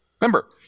Remember